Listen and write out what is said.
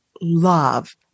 love